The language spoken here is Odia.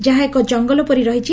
ଯାହା ଏକ ଜଙ୍ଗଲ ପରି ରହିଛି